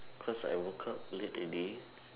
because I woke up late already